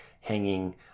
hanging